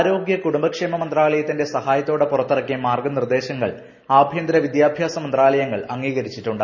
ആരോഗ്യ കുടുംബക്ഷേമ മന്ത്രാലയത്തിന്റെ സഹായത്തോടെ പുറത്തിറക്കിയ മാർഗ്ഗ നിർദ്ദേശങ്ങൾ ആഭ്യന്തര വിദ്യാഭ്യാസ മന്ത്രാലയങ്ങൾ അംഗീകരിച്ചിട്ടുണ്ട്